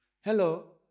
Hello